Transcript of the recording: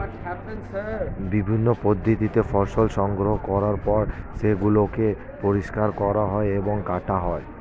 বিভিন্ন পদ্ধতিতে ফসল সংগ্রহ করার পর সেগুলোকে পরিষ্কার করা হয় এবং কাটা হয়